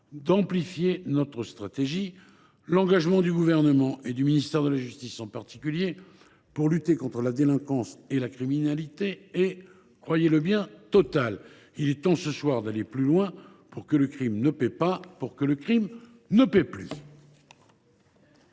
messieurs les sénateurs, l’engagement du Gouvernement, et du ministère de la justice en particulier, pour lutter contre la délinquance et la criminalité est total. Il est temps ce soir d’aller plus loin pour que le crime ne paie pas, pour que le crime ne paie plus